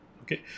Okay